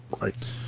right